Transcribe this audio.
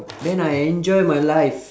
then I enjoy my life